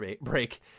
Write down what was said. break